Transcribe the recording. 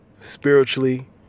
spiritually